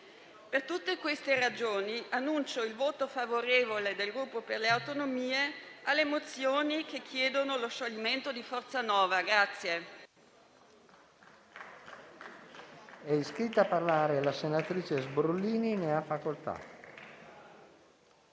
Per tutte queste ragioni, annuncio il voto favorevole del Gruppo per le Autonomie alle mozioni che chiedono lo scioglimento di Forza Nuova.